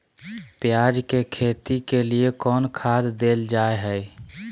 प्याज के खेती के लिए कौन खाद देल जा हाय?